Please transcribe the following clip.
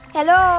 Hello